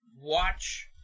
watch